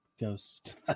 ghost